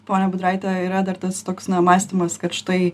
ponia budraite yra dar tas toks mąstymas kad štai